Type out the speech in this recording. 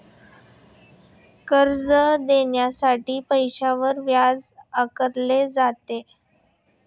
कर्ज देण्यासाठी पैशावर व्याज आकारले जाते